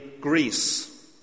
Greece